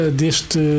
deste